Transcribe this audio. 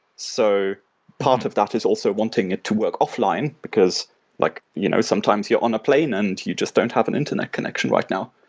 so part of that is also wanting it to work offline, because like you know sometimes you're on a plane and you just don't have an internet connection right now.